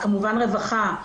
כמובן רווחה,